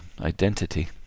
Identity